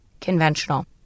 conventional